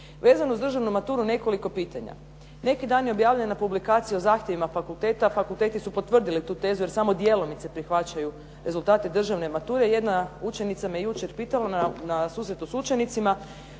Vezano uz državnu maturu, nekoliko pitanja. Neki dan je objavljena publikacija o zahtjevima fakulteta, fakulteti su potvrdili tu tezu jer samo djelomice prihvaćaju rezultate državne mature. Jedna učenica me jučer pitala na susretu s učenicima,